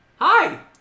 Hi